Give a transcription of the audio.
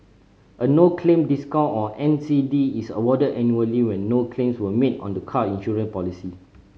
a no claim discount or N C D is awarded annually when no claims were made on the car insurance policy